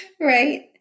Right